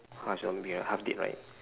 half zombie ya half dead right